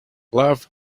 love